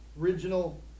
Original